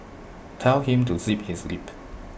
tell him to zip his lip